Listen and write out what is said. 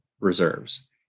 reserves